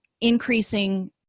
increasing